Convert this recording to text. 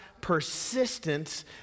persistence